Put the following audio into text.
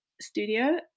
studio